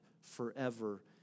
forever